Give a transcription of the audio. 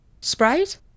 Sprite